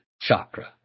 chakra